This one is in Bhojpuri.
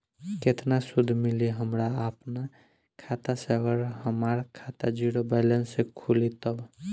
केतना सूद मिली हमरा अपना खाता से अगर हमार खाता ज़ीरो बैलेंस से खुली तब?